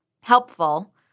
helpful